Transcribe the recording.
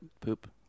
poop